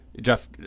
Jeff